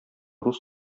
рус